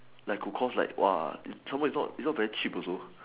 like could cost like !wah! some more is not is not very cheap also